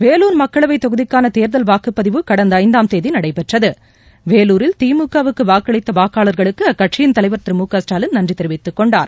வேலூர் மக்களவைத் தொகுதிக்கான தேர்தல் வாக்குப்பதிவு கடந்த ஐந்தாம் தேதி நடைபெற்றது வேலூரில் திமுக வுக்கு வாக்களித்த வாக்காளர்களுக்கு அக்கட்சியின் தலைவர் திரு மு க ஸ்டாலின் நன்றி தெரிவித்துக் கொண்டார்